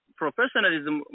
professionalism